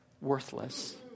worthless